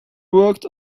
worked